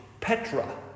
Petra